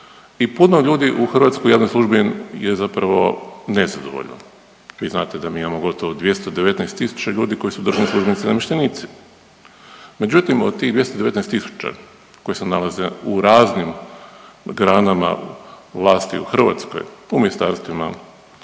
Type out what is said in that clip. I puno ljudi u Hrvatskoj u javnoj službi je zapravo nezadovoljno. Vi znate da mi imamo gotovo 219 tisuća ljudi koji su državni službenici i namještenici. Međutim, od tih 219 tisuća koji se nalaze u raznim granama vlasti u Hrvatskoj u ministarstvima,